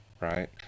right